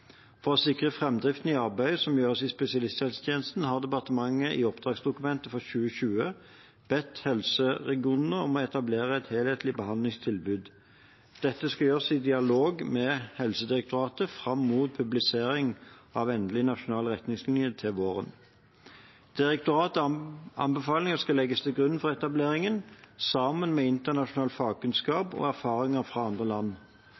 For å sikre framdriften i arbeidet som gjøres i spesialisthelsetjenesten, har departementet i oppdragsdokumentet for 2020 bedt helseregionene om å etablere et helhetlig behandlingstilbud. Dette skal gjøres i dialog med Helsedirektoratet fram mot publisering av endelige nasjonale retningslinjer til våren. Direktoratets anbefalinger skal legges til grunn for etableringen, sammen med internasjonal fagkunnskap og erfaringer fra andre land.